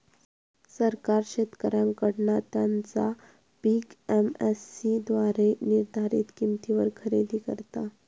सरकार शेतकऱ्यांकडना त्यांचा पीक एम.एस.सी द्वारे निर्धारीत किंमतीवर खरेदी करता